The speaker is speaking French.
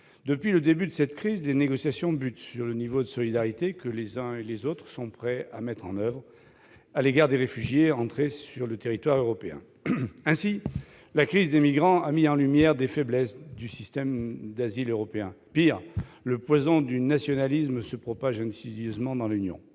Depuis le début de cette crise, les négociations butent sur le niveau de solidarité que les uns et les autres sont prêts à mettre en oeuvre à l'égard des réfugiés entrés sur le territoire européen. Ainsi, la crise des migrants a mis en lumière les faiblesses du système d'asile européen. Pis, le poison du nationalisme se propage insidieusement dans l'Union